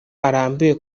arambiwe